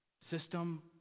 system